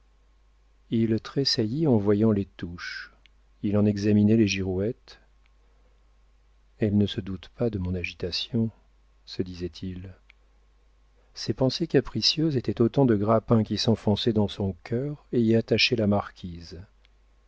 il tressaillit en voyant les touches il en examinait les girouettes elle ne se doute pas de mon agitation se disait-il ses pensées capricieuses étaient autant de grappins qui s'enfonçaient dans son cœur et y attachaient la marquise